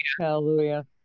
Hallelujah